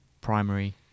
primary